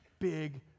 big